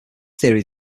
theory